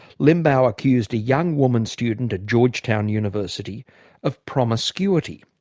limbaugh accused a young woman student at georgetown university of promiscuity.